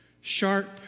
sharp